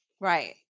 Right